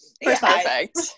Perfect